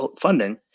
funding